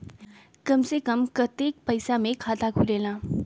कम से कम कतेइक पैसा में खाता खुलेला?